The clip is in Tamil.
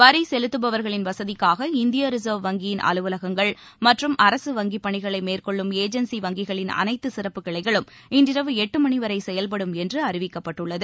வரி செலுத்துபவர்களின் வசதிக்காக இந்திய ரிசர்வ் வங்கியின் அலுவலகங்கள் மற்றும் அரசு வங்கிப் பணிகளை மேற்கொள்ளும் ஏஜென்சி வங்கிகளின் அனைத்து சிறப்பு கிளைகளும் இன்றிரவு எட்டு மணிவரை செயல்படும் என்று அறிவிக்கப்பட்டுள்ளது